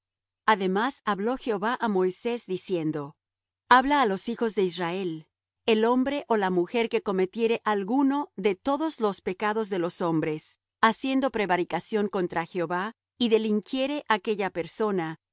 además habló jehová á moisés diciendo habla á los hijos de israel el hombre ó la mujer que cometiere alguno de todos los pecados de los hombres haciendo prevaricación contra jehová y delinquiere aquella persona